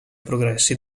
progressi